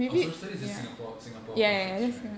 oh social studies is just singapore singapore context right